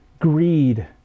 greed